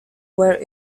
were